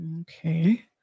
okay